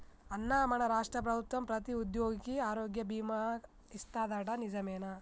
అన్నా మన రాష్ట్ర ప్రభుత్వం ప్రతి ఉద్యోగికి ఆరోగ్య బీమా ఇస్తాదట నిజమేనా